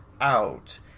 out